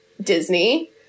Disney